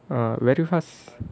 err very fast